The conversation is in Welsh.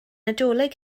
nadolig